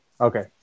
Okay